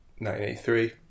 1983